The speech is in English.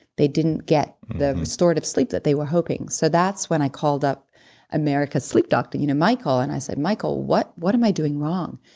they didn't get the restorative sleep that they were hoping. so that's when i called up america's sleep doctor you know michael, and i said, michael, what what am i doing wrong?